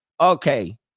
Okay